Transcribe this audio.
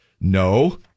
no